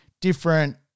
different